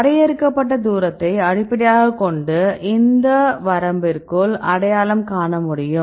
வரையறுக்கப்பட்ட தூரத்தை அடிப்படையாகக் கொண்டு அந்த வரம்பிற்குள் அடையாளம் காண முடியும்